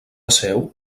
seu